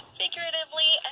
figuratively